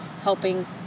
helping